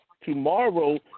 tomorrow